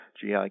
GI